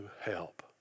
help